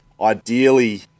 ideally